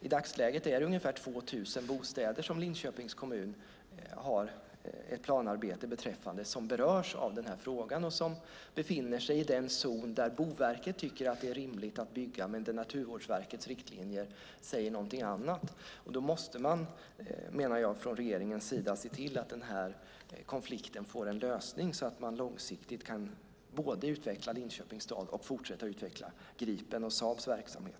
I dagsläget har Linköpings kommun ett planarbete beträffande ungefär 2 000 bostäder som berörs av frågan och som befinner sig i den zon där Boverket tycker att det är rimligt att bygga men där Naturvårdsverkets riktlinjer säger något annat. Då måste man, menar jag, från regeringens sida se till att konflikten får en lösning så att man långsiktigt både kan utveckla Linköpings stad och fortsätta utveckla Gripen och Saabs verksamhet.